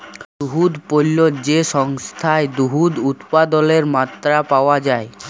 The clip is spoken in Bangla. দুহুদ পল্য যে সংস্থায় দুহুদ উৎপাদলের মাত্রা পাউয়া যায়